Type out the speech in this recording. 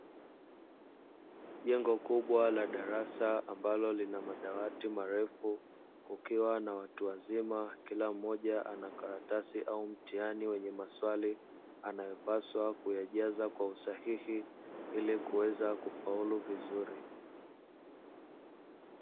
Jengo kubwa la darasa, ambalo lina madawati marefu, kukiwa na watu wazima, kila mmoja anakaratasi au mtihani wenye maswali anayopaswa kuyajaza kwa usahihi ili kuweza kufaulu vizuri.